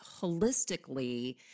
holistically